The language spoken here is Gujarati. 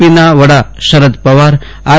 પીના વડા શરદ પવાર આર